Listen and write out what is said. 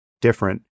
different